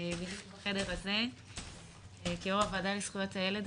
בדיוק בחדר הזה כיו"ר הוועדה לזכויות הילד.